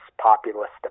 populist